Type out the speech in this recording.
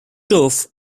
tuff